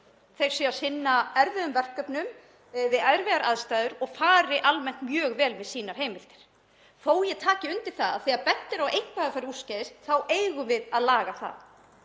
hún sé að sinna erfiðum verkefnum við erfiðar aðstæður og fari almennt mjög vel með sínar heimildir þótt ég taki undir það að þegar bent er á að eitthvað hafi farið úrskeiðis þá eigum við að laga það.